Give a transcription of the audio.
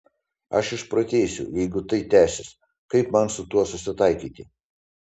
aš išprotėsiu jeigu tai tęsis kaip man su tuo susitaikyti